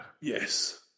Yes